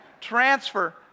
transfer